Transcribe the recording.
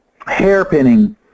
hairpinning